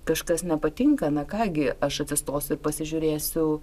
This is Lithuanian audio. kažkas nepatinka na ką gi aš atsistosiu ir pasižiūrėsiu